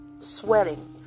sweating